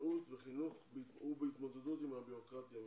בריאות וחינוך ובהתמודדות עם הבירוקרטיה הממשלתית.